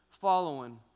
following